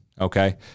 okay